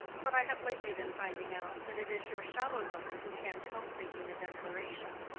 but i have lately been finding out that it is your shallow lover who can't help making a declaration.